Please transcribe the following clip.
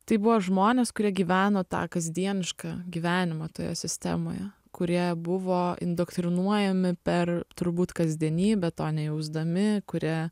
tai buvo žmonės kurie gyveno tą kasdienišką gyvenimą toje sistemoje kurie buvo indoktrinuojami per turbūt kasdienybę to nejausdami kurie